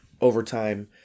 overtime